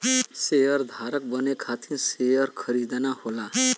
शेयरधारक बने खातिर शेयर खरीदना होला